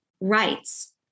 rights